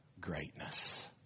greatness